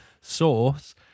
source